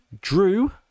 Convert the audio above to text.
Drew